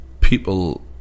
people